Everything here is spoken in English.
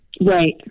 Right